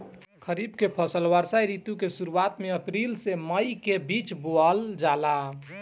खरीफ के फसल वर्षा ऋतु के शुरुआत में अप्रैल से मई के बीच बोअल जाला